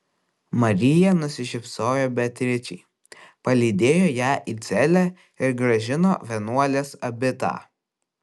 marija nusišypsojo beatričei palydėjo ją į celę ir grąžino vienuolės abitą